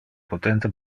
potente